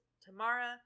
Tamara